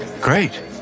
Great